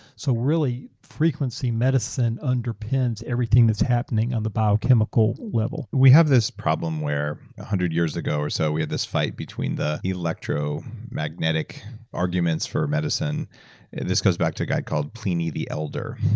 so really frequency medicine underpins everything that's happening on the biochemical level we have this problem where one hundred years ago or so we had this fight between the electromagnetic arguments for medicine, and this goes back to a guy called pliny the elder.